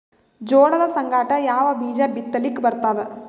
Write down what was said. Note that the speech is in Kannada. ಜೋಳದ ಸಂಗಾಟ ಯಾವ ಬೀಜಾ ಬಿತಲಿಕ್ಕ ಬರ್ತಾದ?